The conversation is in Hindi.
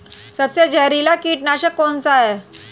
सबसे जहरीला कीटनाशक कौन सा है?